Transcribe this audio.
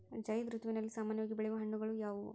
ಝೈಧ್ ಋತುವಿನಲ್ಲಿ ಸಾಮಾನ್ಯವಾಗಿ ಬೆಳೆಯುವ ಹಣ್ಣುಗಳು ಯಾವುವು?